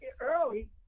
early